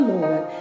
Lord